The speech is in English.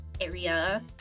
area